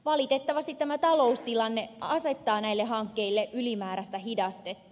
valitettavasti tämä taloustilanne asettaa näille hankkeille ylimääräistä hidastetta